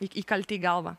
įkalti į galvą